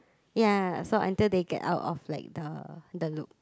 ya so until they get out of like the the loop